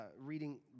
reading